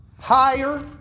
higher